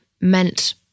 meant